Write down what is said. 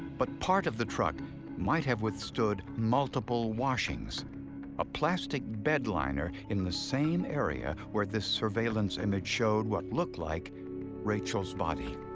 but part of the truck might have withstood multiple washings a plastic bed liner in the same area where this surveillance image showed what looked like rachel's body.